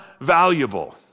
valuable